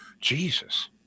Jesus